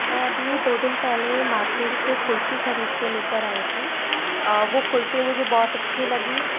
मैं अभी दो दिन पहले मार्केट से कुर्ती खरीद के लेकर आई थी वो कुर्ती मुझे बहुत अच्छी लगी